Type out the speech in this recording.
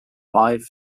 five